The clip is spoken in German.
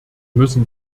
müssen